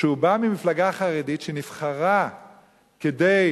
שבא ממפלגה חרדית שנבחרה כדי